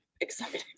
exciting